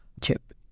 chip